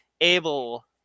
able